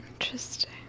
Interesting